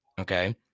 Okay